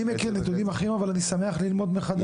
אני מכיר נתונים אחרים אבל אני שמח ללמוד מחדש.